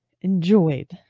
enjoyed